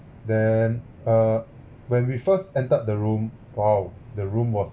then uh when we first entered the room !wow! the room was